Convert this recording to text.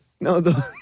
No